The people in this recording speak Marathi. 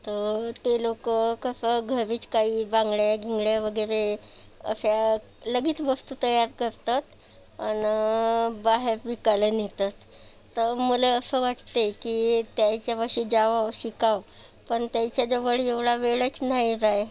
तर ते लोक कसं घरीच काही बांगड्या घिंगड्या वगैरे अशा लगीत वस्तू तयार करतात आणि बाहेर विकायला नेतात तर मला असं वाटते की त्यांच्यापाशी जावं शिकावं पण त्यांच्याजवळ एवढा वेळच नाही राहे